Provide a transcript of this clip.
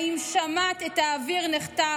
// האם שמעת את האוויר נחתך?